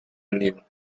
anew